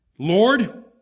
Lord